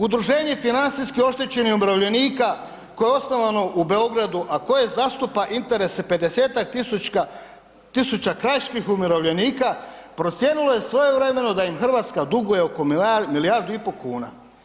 Udruženje financijski oštećenih umirovljenika koje je osnovano u Beogradu, a koje zastupa interese 50.000 krajiških umirovljenika procijenilo je svojevremeno da im Hrvatska duguje oko milijardu i po kuna.